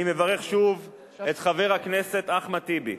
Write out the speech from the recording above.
אני מברך שוב את חבר הכנסת אחמד טיבי,